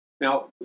Now